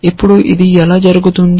ఇప్పుడు అది ఎలా జరుగుతుంది